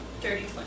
Dirty